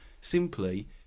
simply